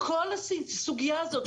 כל הסוגייה הזאת,